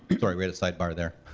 sorry, we had a sidebar there.